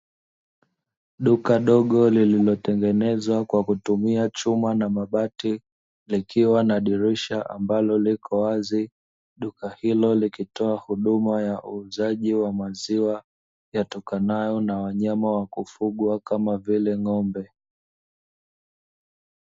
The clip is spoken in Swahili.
Duka dogo lililotengenezwa kwa kutumia chuma na mabati likiwa na dirisha ambalo liko wazi, duka hilo likitoa huduma ya uuzaji wa maziwa yatokanayo na wanyama wa kufugwa kama vile ng'ombe.